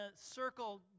circle